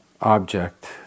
object